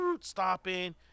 stopping